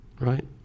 right